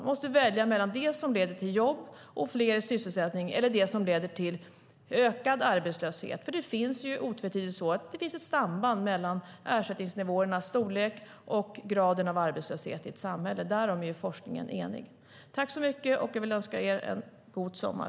Man måste välja mellan det som leder till jobb och fler i sysselsättning och det som leder till ökad arbetslöshet. Det finns ett otvetydigt samband mellan ersättningsnivåernas storlek och graden av arbetslöshet i ett samhälle. Därom är forskningen enig. Jag vill önska er en god sommar.